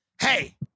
Hey